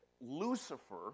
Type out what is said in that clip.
Lucifer